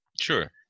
Sure